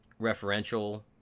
referential